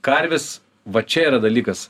karvės va čia yra dalykas